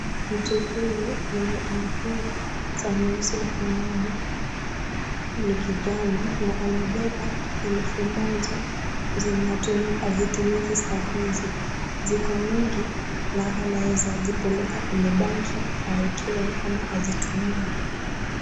Mtu huyu mwenye amefungwa za nyeusi mkononi. Ni kijana na amebeba elfu moja zenye hatumi azitumike sahihi. Ziko mingi na anaweza zipeleka kwenye banki au ekewe ama azitumie.